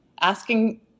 asking